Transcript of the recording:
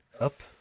Up